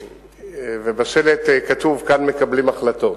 ובשלט כתוב: כאן מקבלים החלטות.